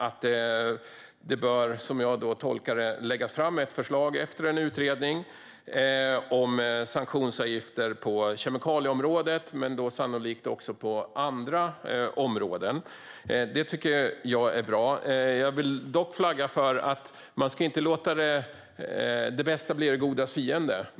Det bör, som jag tolkar det, läggas fram ett förslag, efter en utredning, om sanktionsavgifter på kemikalieområdet men då sannolikt också på andra områden. Det tycker jag är bra. Jag vill dock flagga för att man inte ska låta det bästa bli det godas fiende.